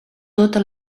tota